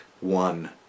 One